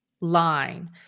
line